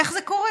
איך זה קורה?